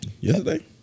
Yesterday